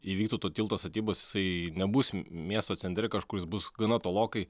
įvyktų to tilto statybos jisai nebus miesto centre kažkur jis bus gana tolokai